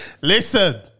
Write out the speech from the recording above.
Listen